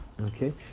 Okay